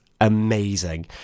amazing